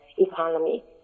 economy